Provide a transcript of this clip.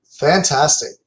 Fantastic